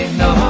no